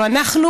ארצות הברית.